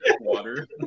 Water